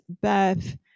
Beth